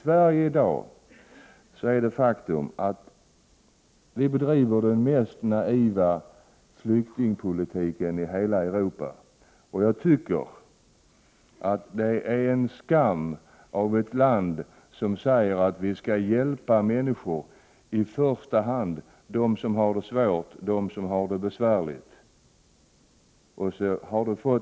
Det är ett faktum att Sverige i dag bedriver den mest naiva flyktingpolitikeni hela Europa. Jag tycker att det är skam av ett land som säger att vi skall hjälpa i första hand de människor som har det svårt och besvärligt.